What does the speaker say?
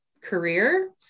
career